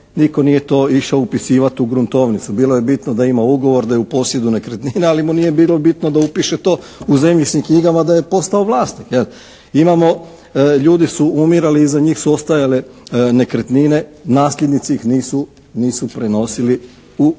to nije išao upisivati u gruntovnicu. Bilo je bitno da ima ugovor, da je u posjedu nekretnine, ali mu nije bilo bitno da upiše to u zemljišnim knjigama da je postao vlasnik jel'. Imamo, ljudi su umirali i iza njih su ostajale nekretnine, nasljednici ih nisu prenosili u svoje